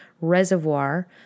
reservoir